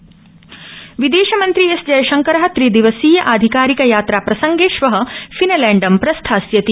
S Jaishankar विदेशमन्त्री S Jaishankar त्रिदिवसीय आधिकारिक यात्रा प्रसंगे श्व फिनलैण्डं प्रस्थास्यति